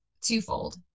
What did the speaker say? twofold